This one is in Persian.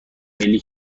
ملی